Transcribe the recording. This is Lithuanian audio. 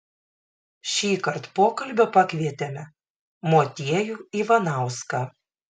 šįkart pokalbio pakvietėme motiejų ivanauską